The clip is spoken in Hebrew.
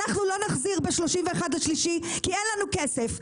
אנחנו לא נחזיר ב-31.3 כי אין לנו כסף,